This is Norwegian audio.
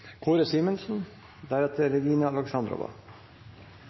Kåre Simensen